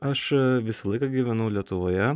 aš visą laiką gyvenau lietuvoje